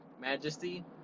Majesty